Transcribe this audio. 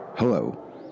Hello